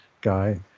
guy